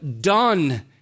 done